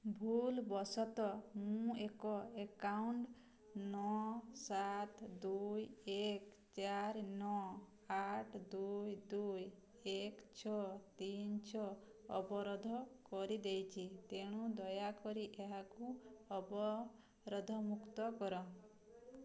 ଭୁଲ୍ବଶତଃ ମୁଁ ଏକ ଆକାଉଣ୍ଟ ନଅ ସାତ ଦୁଇ ଏକ ଚାରି ନଅ ଆଠ ଦୁଇ ଦୁଇ ଏକ ଛଅ ତିନି ଛଅ ଅବରୋଧ କରିଦେଇଛି ତେଣୁ ଦୟାକରି ଏହାକୁ ଅବରୋଧମୁକ୍ତ କର